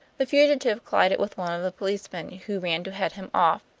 the fugitive collided with one of the policemen who ran to head him off,